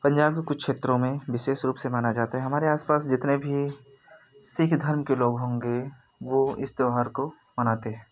पंजाब के कुछ क्षेत्रों विशेष रूप से माना जाता है हमारे आस पास जितने भी सिख धर्म के लोग होंगे वो इस त्यौहार को मनाते हैं